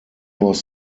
was